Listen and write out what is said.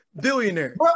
billionaire